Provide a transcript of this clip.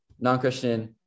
non-Christian